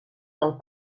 del